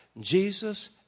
Jesus